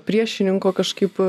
priešininko kažkaip